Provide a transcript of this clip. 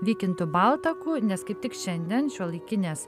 vykintu baltaku nes kaip tik šiandien šiuolaikinės